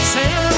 Santa